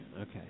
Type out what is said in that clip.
Okay